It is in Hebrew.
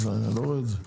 אני לא רואה את זה.